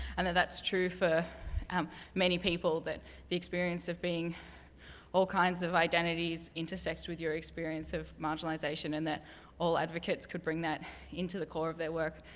and that that's true for many people. that the experience of being all kinds of identities intersects with you experience of marginalization and that all advocates could bring that into the core of their work.